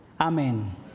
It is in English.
amen